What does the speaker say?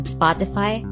Spotify